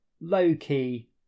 low-key